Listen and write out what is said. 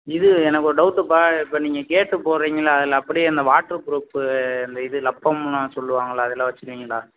இது எனக்கு ஒரு டவுட்பா இப்போ நீங்கள் கேட்டு போடுறிங்களே அதில் அப்படியே அந்த வாட்டர் ப்ரூப்பு அந்த இது லப்பம்லான் சொல்லுவாங்களே அதுலாம் வச்சு இருக்கிங்களா